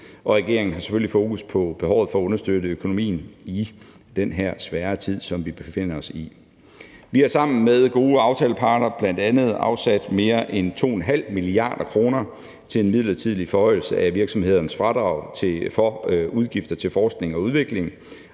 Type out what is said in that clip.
og regeringen har selvfølgelig fokus på behovet for at understøtte økonomien i den her svære tid, som vi befinder os i. Vi har sammen med gode aftaleparter bl.a. afsat mere end 2,5 mia. kr. til en midlertidig forhøjelse af virksomhedernes fradrag for udgifter til forskning og udvikling